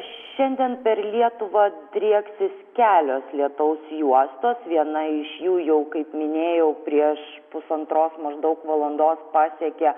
šiandien per lietuvą drieksis kelios lietaus juostos viena iš jų jau kaip minėjau prieš pusantros maždaug valandos pasiekė